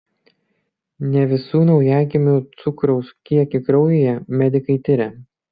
ne visų naujagimių cukraus kiekį kraujyje medikai tiria